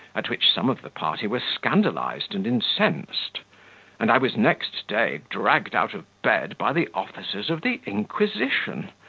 at which some of the party were scandalized and incensed and i was next day dragged out of bed by the officers of the inquisition,